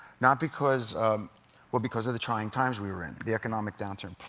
not because well, because of the trying times we were in, the economic downturn.